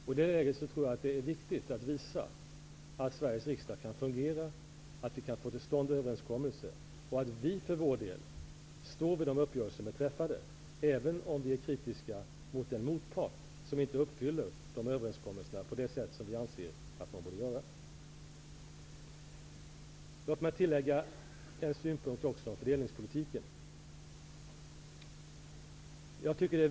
I det läget är det viktigt att visa att Sveriges riksdag kan fungera, att det går att få till stånd överenskommelser, och att vi socialdemokrater står för de uppgörelser som är träffade, även om vi är kritiska mot den motpart som inte uppfyller överenskommelserna på det sätt som vi anser borde ske. Låt mig också framlägga en synpunkt på fördelningspolitiken.